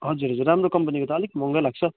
हजुर हजुर राम्रो कम्पनीको त अलिक महँगै लाग्छ